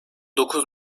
dokuz